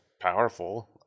powerful